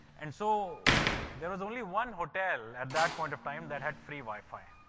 and so there was only one hotel at that point of time that had free wi fi,